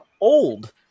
Old